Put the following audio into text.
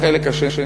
החלק השני,